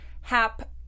Hap